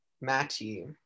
Matty